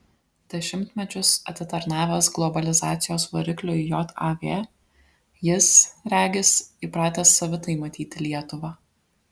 dešimtmečius atitarnavęs globalizacijos varikliui jav jis regis įpratęs savitai matyti lietuvą